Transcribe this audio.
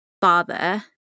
father